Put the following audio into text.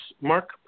Mark